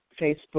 Facebook